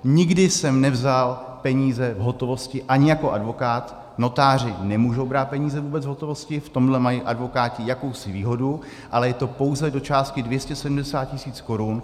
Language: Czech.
Nikdy jsem nevzal peníze v hotovosti, ani jako advokát, notáři nemůžou brát peníze vůbec v hotovosti, v tomhle mají advokáti jakousi výhodu, ale je to pouze do částky 270 tisíc korun.